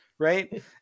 Right